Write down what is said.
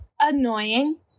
annoying